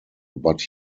but